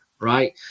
right